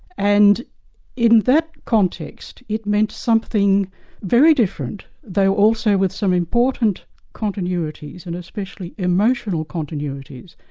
and in that context, it meant something very different, though also with some important continuities, and especially emotional continuities,